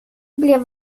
blev